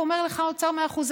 אומר לך האוצר: מאה אחוז,